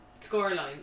scoreline